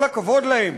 כל הכבוד להם.